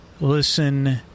Listen